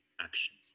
actions